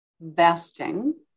vesting